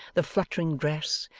the fluttering dress,